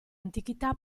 antichità